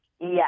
Yes